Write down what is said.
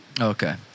Okay